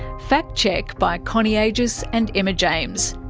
fact check by connie agius and emma james,